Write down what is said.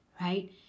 right